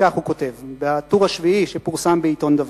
וכך הוא כותב ב"טור השביעי" שפורסם בעיתון "דבר"